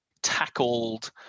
tackled